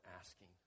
asking